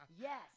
Yes